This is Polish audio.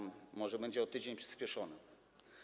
Może będzie o tydzień przyspieszona.